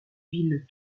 villes